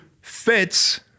fits